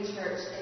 Church